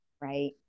right